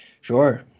Sure